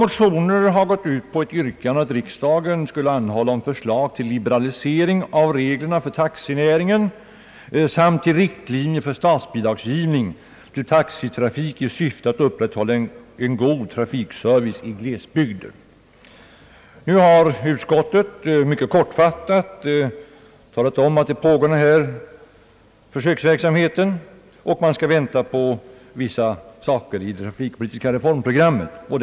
Motionerna yrkar, att riksdagen hos Kungl. Maj:t anhåller om förslag till liberalisering av reglerna för taxinäringen samt till riktlinjer för statsbidragsgivning till taxitrafik i syfte att upprätthålla en god trafikservice i glesbygder. Nu har utskottet mycket kortfattat talat om att det pågår en försöksverksamhet och att man skall vänta på vissa saker i det trafikpolitiska reformprogrammet.